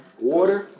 Water